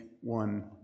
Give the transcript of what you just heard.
one